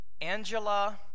Angela